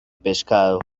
pescado